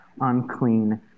unclean